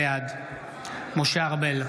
בעד משה ארבל,